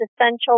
essential